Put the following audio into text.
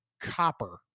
copper